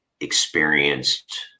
experienced